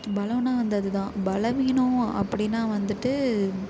பலம்னா அந்த இது தான் பலவீனம் அப்படின்னா வந்துட்டு